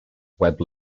webb